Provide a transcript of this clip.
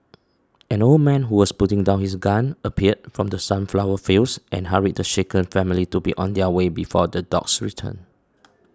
an old man who was putting down his gun appeared from the sunflower fields and hurried the shaken family to be on their way before the dogs return